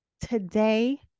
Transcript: Today